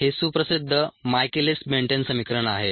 हे सुप्रसिद्ध Michaelis Menten समीकरण आहे